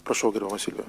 prašau gerbiama silvija